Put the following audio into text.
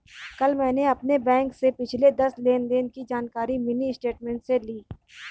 कल मैंने अपने बैंक से पिछले दस लेनदेन की जानकारी मिनी स्टेटमेंट से ली